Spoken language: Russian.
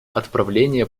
отправление